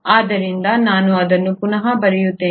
ಆದ್ದರಿಂದ ನಾನು ಅದನ್ನು ಪುನಃ ಬರೆಯುತ್ತೇನೆ